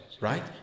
right